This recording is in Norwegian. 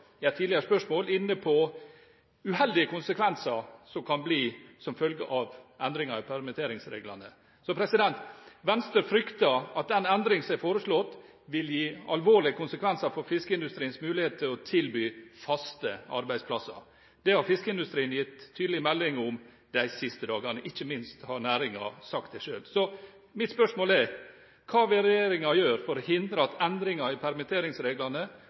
inne på uheldige konsekvenser av endringer i permitteringsreglene. Venstre frykter at den endring som er foreslått, vil gi alvorlige konsekvenser for fiskeindustriens mulighet til å tilby faste arbeidsplasser. Det har fiskeindustrien gitt tydelig melding om de siste dagene, ikke minst har næringen sagt det selv. Så mitt spørsmål er: Hva vil regjeringen gjøre for å hindre at endringer i permitteringsreglene